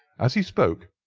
as he spoke,